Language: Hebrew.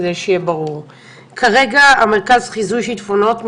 יש מרכז חיזוי שיטפונות.